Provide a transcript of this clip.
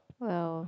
well